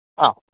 അ